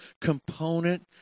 component